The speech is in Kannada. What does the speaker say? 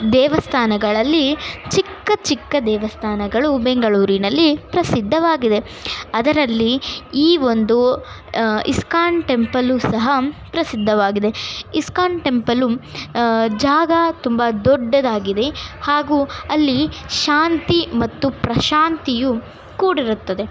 ದೇವಸ್ಥಾನಗಳಲ್ಲಿ ಚಿಕ್ಕ ಚಿಕ್ಕ ದೇವಸ್ಥಾನಗಳು ಬೆಂಗಳೂರಿನಲ್ಲಿ ಪ್ರಸಿದ್ಧವಾಗಿದೆ ಅದರಲ್ಲಿ ಈ ಒಂದು ಇಸ್ಕಾನ್ ಟೆಂಪಲು ಸಹ ಪ್ರಸಿದ್ಧವಾಗಿದೆ ಇಸ್ಕಾನ್ ಟೆಂಪಲು ಜಾಗ ತುಂಬಾ ದೊಡ್ಡದಾಗಿದೆ ಹಾಗೂ ಅಲ್ಲಿ ಶಾಂತಿ ಮತ್ತು ಪ್ರಶಾಂತಿಯು ಕೂಡಿರುತ್ತದೆ